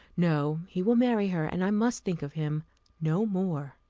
no he will marry her and i must think of him no more.